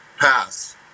Pass